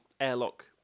airlock